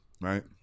Right